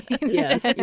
Yes